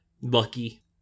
Lucky